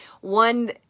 one